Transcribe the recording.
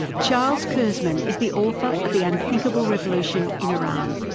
charles kurzman is the author of the unthinkable revolution in iran.